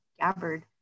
Gabbard